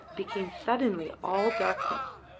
became suddenly all darkness,